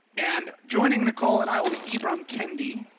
and joining nikole, and i will be ibram kendi.